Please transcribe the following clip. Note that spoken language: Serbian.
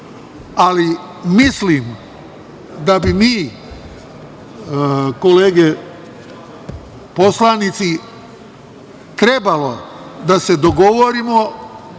ali mislim da bi mi kolege poslanici trebalo da se dogovorimo